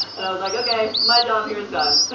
and i was like, okay, my job here is done.